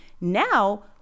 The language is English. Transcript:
now